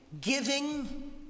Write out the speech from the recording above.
giving